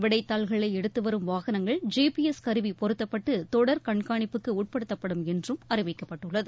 விடைத்தாள்களை எடுத்து வரும் வாகனங்கள் ஜிபிஎஸ் கருவி பொருத்தப்பட்டு தொடர் கண்காணிப்புக்கு உட்படுத்தப்படும் என்றும் அறிவிக்கப்பட்டுள்ளது